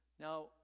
Now